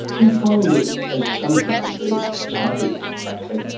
do you find it, as some people do, as i do frankly,